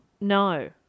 No